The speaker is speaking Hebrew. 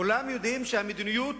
כולם יודעים שהמדיניות